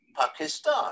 Pakistan